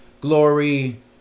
Glory